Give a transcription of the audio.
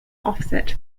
offset